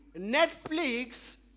Netflix